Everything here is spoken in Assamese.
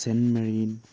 চেন মেৰি